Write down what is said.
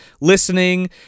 listening